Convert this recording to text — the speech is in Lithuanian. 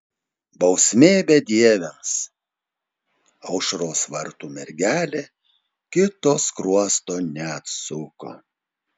bausmė bedieviams aušros vartų mergelė kito skruosto neatsuko